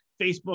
Facebook